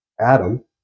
Adam